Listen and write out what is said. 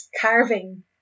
carving